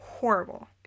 horrible